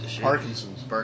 Parkinson's